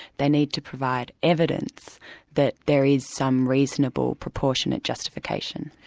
they need to provide evidence that there is some reasonable proportionate justification.